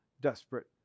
desperate